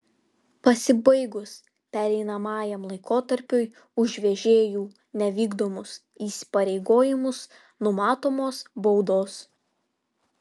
pasibaigus pereinamajam laikotarpiui už vežėjų nevykdomus įsipareigojimus numatomos baudos